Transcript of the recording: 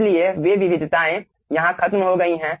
इसलिए वे विविधताएं यहां खत्म हो गई हैं